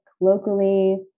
locally